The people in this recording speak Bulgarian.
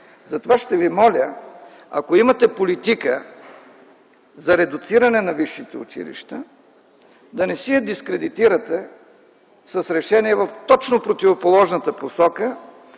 Затова ще Ви моля, ако имате политика за реализиране на висшите училища да не си я дискредитирате с решения в точно противоположната посока,